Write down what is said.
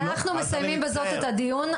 אנחנו מסיימים בזאת את הדיון.